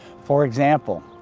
for example,